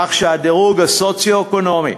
כך שהדירוג הסוציו-אקונומי